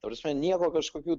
ta prasme nieko kažkokių